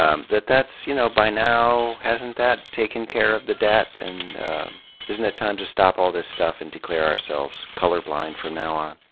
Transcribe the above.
um that that's, you know, by now, hasn't that taken care of the debt? and isn't it time to stop all this stuff and declare ourselves colorblind from now on?